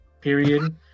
period